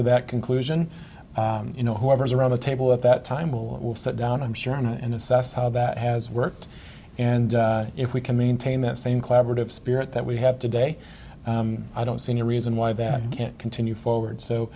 to that conclusion you know whoever's around the table at that time will sit down i'm sure and assess how that has worked and if we can maintain that same collaborative spirit that we have today i don't see any reason why that can't continue forward so